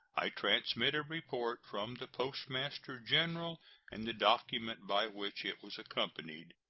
i transmit a report from the postmaster-general and the document by which it was accompanied.